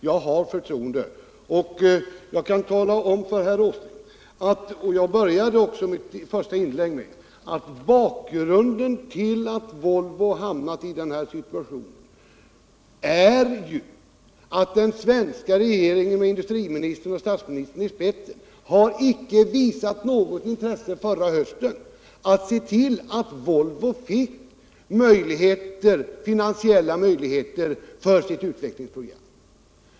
Jag har förtroende och jag kan tala om för herr Åsling — jag började också mitt första inlägg med att säga detta —-att bakgrunden till att Volvo hamnat i den här situationen är att den svenska regeringen med industriministern och statsministern i spetsen inte visade något intresse förra hösten att se till att Volvo fick finansiella möjligheter att genomföra sitt utvecklingsprogram.